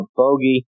bogey